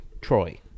Troy